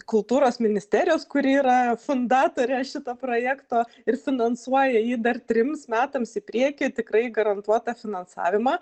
kultūros ministerijos kuri yra fundatorė šito projekto ir finansuoja jį dar trims metams į priekį tikrai garantuotą finansavimą